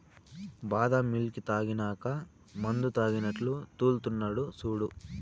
బాదం మిల్క్ తాగినాక మందుతాగినట్లు తూల్తున్నడు సూడు